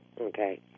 Okay